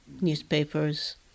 newspapers